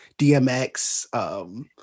DMX